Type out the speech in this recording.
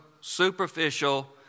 superficial